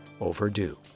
overdue